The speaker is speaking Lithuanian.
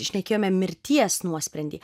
šnekėjome mirties nuosprendį